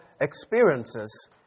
experiences